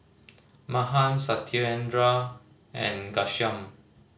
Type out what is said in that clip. Mahan Satyendra and Ghanshyam